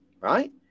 Right